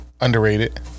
Underrated